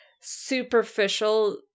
superficial